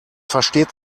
versteht